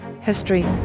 history